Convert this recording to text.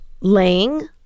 laying